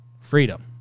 freedom